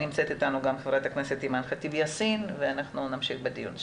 נמצאת אתנו גם חברת הכנסת אימאן ח'טיב יאסין ואנחנו נמשיך בדיון.